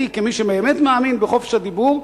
אני, כמי שבאמת מאמין בחופש הדיבור,